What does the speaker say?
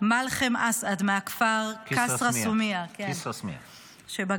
מלחם אסעד מהכפר כסרא-סמיע שבגליל,